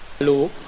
Hello